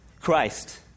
Christ